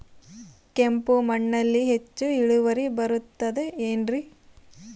ಕೆಂಪು ಮಣ್ಣಲ್ಲಿ ಹೆಚ್ಚು ಇಳುವರಿ ಬರುತ್ತದೆ ಏನ್ರಿ?